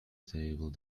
stable